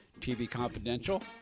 tvconfidential